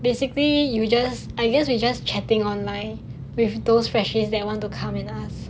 basically you just I guess we just chatting online with those freshies that want to come with us